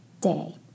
day